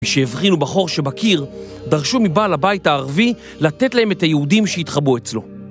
משהבחינו בחור שבקיר, דרשו מבעל הבית הערבי לתת להם את היהודים שהתחבאו אצלו.